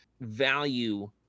value